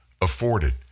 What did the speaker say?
afforded